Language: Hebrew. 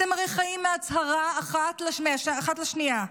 אתם הרי חיים מהצהרה אחת לשנייה,